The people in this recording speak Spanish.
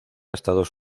estados